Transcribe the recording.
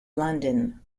london